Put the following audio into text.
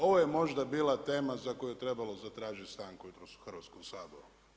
Ovo je možda bila tema za koju je trebalo zatražiti stanku jutros u Hrvatskom saboru.